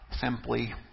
simply